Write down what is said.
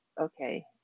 Okay